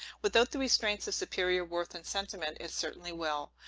without the restraints of superior worth and sentiment, it certainly will.